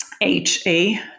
HA